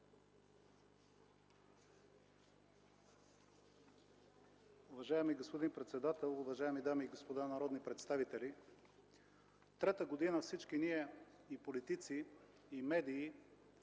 Уважаеми господин председател, уважаеми дами и господа народни представители, трета година всички ние – и политици, и медии,